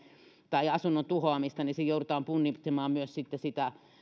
tai asunnon tuhoamista niin joudutaan punnitsemaan myös sitten sitä